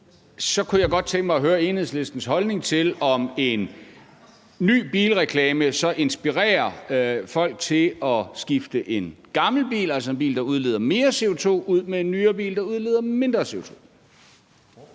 kunne jeg godt tænke mig at høre Enhedslistens holdning til, om en ny bilreklame så inspirerer folk til at skifte en gammel bil, altså en bil, der udleder mere CO2, ud med en nyere bil, der udleder mindre CO2.